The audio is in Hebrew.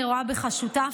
אני רואה בך שותף,